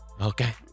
Okay